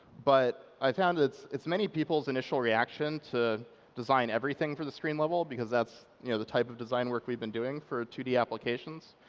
but i found, it's many people's initial reaction to design everything for the screen level because that's you know the type of design work we've been doing for two d applications.